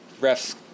refs